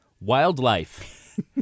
Wildlife